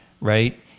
right